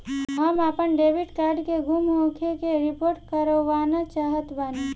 हम आपन debit card के गुम होखे के रिपोर्ट करवाना चाहत बानी